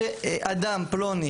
אדם פלוני,